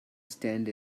stand